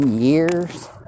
years